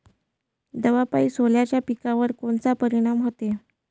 दवापायी सोल्याच्या पिकावर कोनचा परिनाम व्हते?